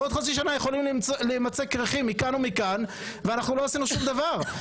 בעוד חצי שנה יכולים להימצא קירחים מכאן ומכאן ואנחנו לא עשינו שום דבר.